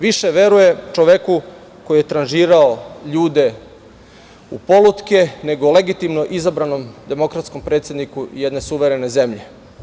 Više veruje čoveku koji je tranžirao ljude u polutke, nego legitimno izabranom demokratskom predsedniku jedne suverene zemlje.